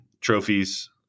trophies